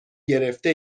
گرفته